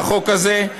לחוק הזה,